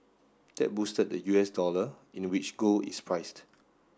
that boosted the U S dollar in a which gold is priced